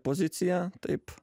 poziciją taip